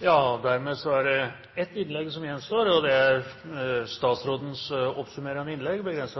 Dermed er det ett innlegg som gjenstår, og det er statsrådens oppsummerende innlegg, med en